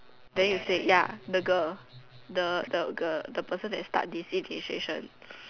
then you say ya the girl the the the person that start this initiation